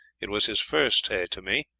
it was his first a to me,